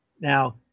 Now